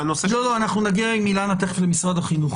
לא, אנחנו נגיע עם אילנה תיכף למשרד החינוך.